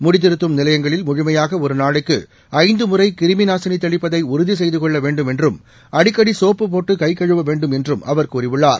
முடித்திருத்தும் நிலையங்களில் முழுமையாக ஒரு நாளைக்கு ஐந்து முறை கிருமிநாசினி தெளிப்பதை உறுதி செய்து கொள்ள வேண்டும் என்றும் அடிக்கடி சோப்பு கொண்டு கை கழுவ வேண்டும் என்றும் அவர் கூறியுள்ளார்